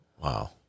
Wow